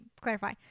clarify